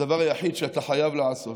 הדבר היחיד שאתה חייב לעשות הוא